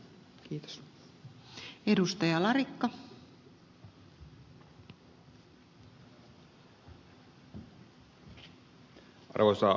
arvoisa rouva puhemies